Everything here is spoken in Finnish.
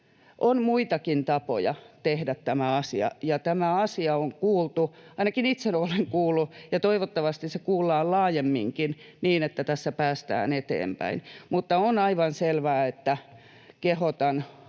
On muitakin tapoja tehdä tämä asia. Ja tämä asia on kuultu, ainakin itse olen kuullut, ja toivottavasti se kuullaan laajemminkin, niin että tässä päästään eteenpäin. Mutta on aivan selvää, että kehotan